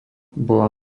bola